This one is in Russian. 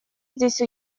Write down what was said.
здесь